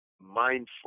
mindful